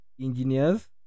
engineers